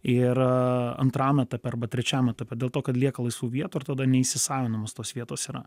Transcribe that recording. ir antram etape arba trečiam etape dėl to kad lieka laisvų vietų ir tada neįsisavinamos tos vietos yra